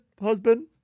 husband